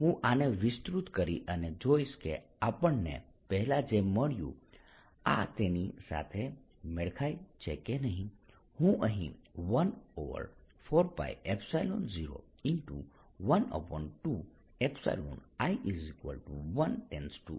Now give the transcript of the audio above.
હું આને વિસ્તૃત કરી અને જોઇશ કે આપણને પહેલાં જે મળ્યું આ તેની સાથે મેળ ખાય છે કે નહિ